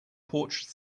porch